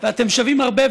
ואתם שווים הרבה,